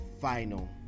final